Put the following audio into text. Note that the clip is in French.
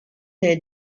est